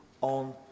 on